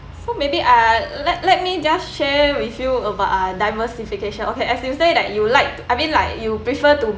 so maybe I'll let let me just share with you about ah diversification okay as you say that you like I mean like you prefer to